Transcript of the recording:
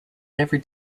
never